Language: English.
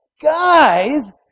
guys